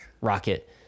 rocket